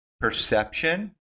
Perception